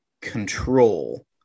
control